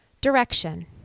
Direction